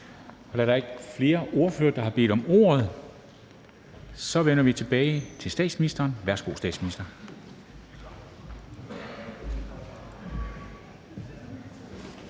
og da der ikke er flere ordførere, der har bedt om ordet, så vender vi tilbage til statsministeren. Værsgo til statsministeren.